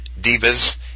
divas